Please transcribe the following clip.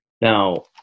Now